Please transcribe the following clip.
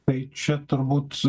tai čia turbūt